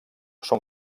són